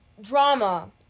Drama